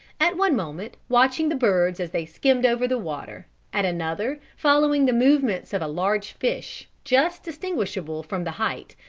at one moment watching the birds as they skimmed over the water, at another following the movements of a large fish, just distinguishable from the height,